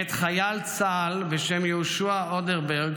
מאת חייל צה"ל בשם יהושע אודרברג,